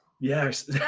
yes